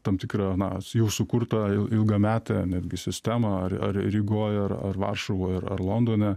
tam tikrą na jau sukurtą ilgametę netgi sistemą ar ar rygoj ar ar varšuvoj ar londone